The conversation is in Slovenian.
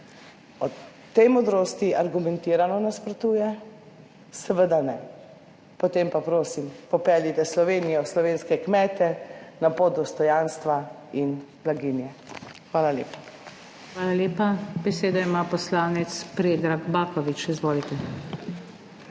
o tej modrosti argumentirano nasprotuje? Seveda ne. Potem pa, prosim, popeljite Slovenijo, slovenske kmete, na pot dostojanstva in blaginje. Hvala lepa. PODPREDSEDNICA NATAŠA SUKIČ: Hvala lepa. Besedo ima poslanec Predrag Baković. Izvolite.